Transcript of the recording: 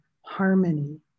harmony